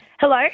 Hello